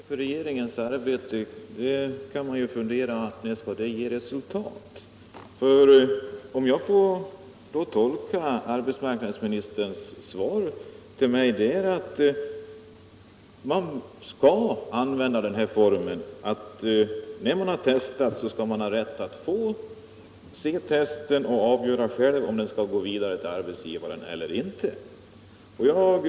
Herr talman! Man kan ju fundera över vad det som varit vägledande för regeringens arbete ger för resultat. Jag måste tolka arbetsmarknadsministerns svar till mig så, att den som har testats skall ha rätt att få se testen och själv avgöra om den skall gå vidare till arbetsgivaren eller inte.